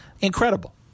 incredible